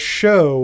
show